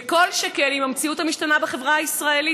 וכל שכן עם המציאות המשתנה בחברה הישראלית.